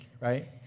right